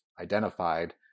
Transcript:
identified